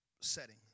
setting